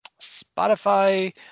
Spotify